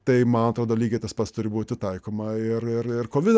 tai man atrodo lygiai tas pats turi būti taikoma ir ir kovidą